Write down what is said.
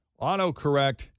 autocorrect